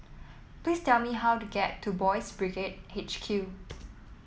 please tell me how to get to Boys' Brigade H Q